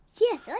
Yes